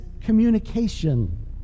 communication